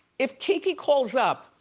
if kiki calls up,